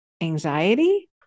Anxiety